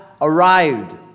arrived